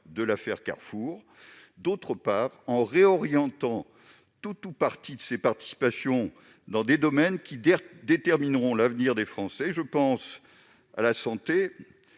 dans l'affaire Carrefour. Il gagnerait d'autre part à réorienter tout ou partie de ses participations dans des domaines qui détermineront l'avenir des Français. Je pense bien sûr